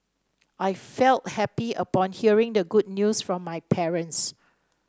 I felt happy upon hearing the good news from my parents